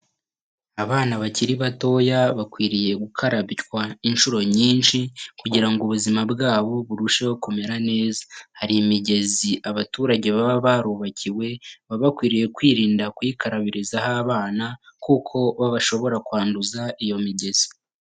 Abana bakiri batoya bakwiriye gukarabywa inshuro nyinshi kugira ngo ubuzima bwabo burusheho kumera neza. Hari imigezi abaturage baba barubakiwe baba bakwiriye kwirinda kuyikarabirizaho abana kuko baba bashobora kwanduza iyo migezi.